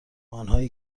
آنهایی